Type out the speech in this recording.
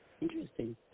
Interesting